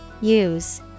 Use